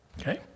Okay